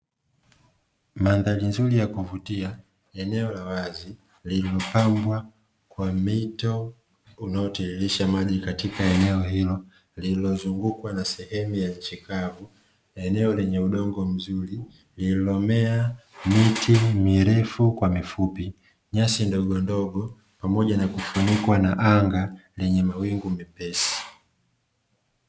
Mandhari nzuri ya kuvutia eneo la wazi lenye kupambwa kwa mito unaotiririsha maji katika eneo hilo, lililozungukwa na sehemu ya nchi kavu eneo lenye udongo mzuri lililomea miti mirefu kwa mifupi, nyasi ndogondogo pamoja na kufunikwa na anga lenye mawingu mepesi.